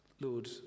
Lord